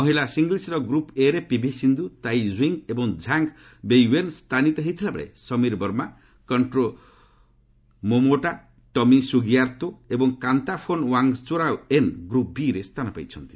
ମହିଳା ସିଙ୍ଗଲସ୍ର group A ରେ ପିଭି ସିନ୍ଧୁ ତାଇ ଜୁଇଙ୍ଗ୍ ଏବଂ ଝାଙ୍ଗ୍ ବେଇୱେନ୍ ସ୍ଥାନିତ ହୋଇଥିବାବେଳେ Sameer Verma Kento Momota Tommy ସୁଗିଆର୍ଭୋ ଏବଂ କାନ୍ତାଫୋନ୍ ୱାଙ୍ଗ୍ଚାରୋଏନ୍ ଗ୍ରୁପ୍ ବି ରେ ସ୍ଥାନ ପାଇଛନ୍ତି